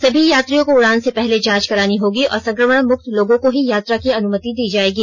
सभी यात्रियों को उड़ान से पहले जांच करानी होगी और संक्रमण मुक्त लोगों को ही यात्रा की अनुमति दी जायेगी